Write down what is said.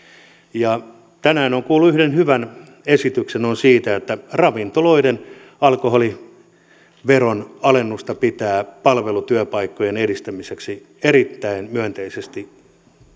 tänään olen kuullut yhden hyvän esityksen siitä että ravintoloiden alkoholiveron alennusta pitää palvelutyöpaikkojen edistämiseksi erittäin myönteisesti